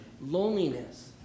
loneliness